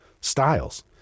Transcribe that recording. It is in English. styles